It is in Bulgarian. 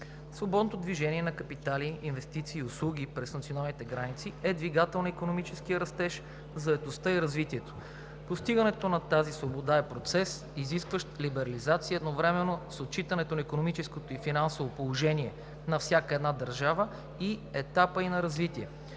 Свободното движение на капитали, инвестиции и услуги през националните граници е двигател на икономическия растеж, заетостта и развитието. Постигането на тази свобода е процес, изискващ либерализация, едновременно с отчитането на икономическото и финансовото положение на всяка една държава и етапа ѝ на развитие.